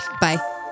Bye